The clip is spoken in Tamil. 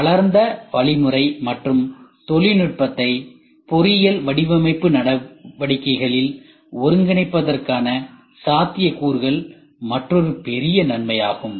வளர்ந்த வழிமுறை மற்றும் தொழில்நுட்பத்தை பொறியியல் வடிவமைப்பு நடவடிக்கைகளில் ஒருங்கிணைப்பதற்கான சாத்தியக்கூறுகள் மற்றொரு பெரிய நன்மையாகும்